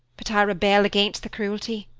but i rebel against the cruelty.